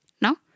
No